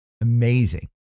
Amazing